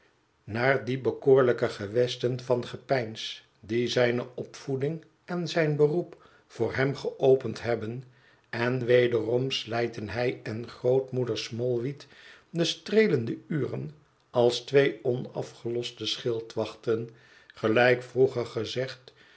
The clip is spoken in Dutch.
naar die bekoorlijke gewesten van gepeins die zijne opvoeding en zijn beroep voor hem geopend hebben en wederom slijten hij en grootmoeder smallweed de streelende uren als twee onafgeloste schildwachten gelijk vroeger gezegd